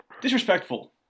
disrespectful